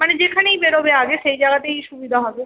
মানে যেখানেই বেরোবে আগে সেই জাগাতেই সুবিধা হবে